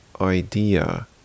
idea